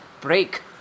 break